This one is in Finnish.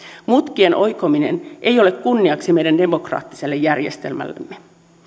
mutkien oikominen ei ole kunniaksi meidän demokraattiselle järjestelmällemme